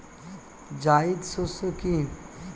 জায়িদ শস্য কি?